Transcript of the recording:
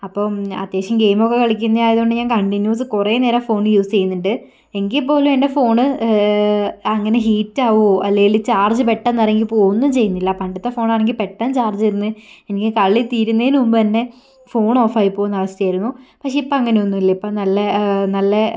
അപ്പം അത്യാവശ്യം ഗെയിമൊക്കെ കളിക്കുന്നത് ആയതുകൊണ്ട് ഞാൻ കണ്ടിന്യൂസ് കുറേ നേരം ഫോൺ യുസ് ചെയ്യുന്നുണ്ട് എങ്കിൽ പോലും എൻ്റെ ഫോൺ അങ്ങനെ ഹീറ്റാവുകയോ അല്ലെങ്കിൽ ചാർജ് പെട്ടെന്ന് ഇറങ്ങി പോവുകയോ ഒന്നും ചെയ്യുന്നില്ല പണ്ടത്തെ ഫോൺ ആണെങ്കിൽ പെട്ടെന്ന് ചാർജ് തീർന്ന് എനിക്ക് കളി തീരുന്നതിന് മുൻപു തന്നെ ഫോൺ ഓഫായി പോകുന്ന അവസ്ഥയായിരുന്നു പക്ഷെ ഇപ്പം അങ്ങനെയൊന്നുമില്ല ഇപ്പം നല്ല നല്ല